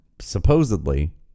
supposedly